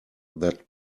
that